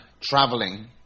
traveling